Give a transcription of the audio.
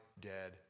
dead